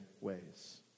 ways